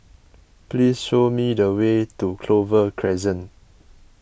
please show me the way to Clover Crescent